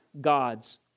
God's